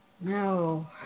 no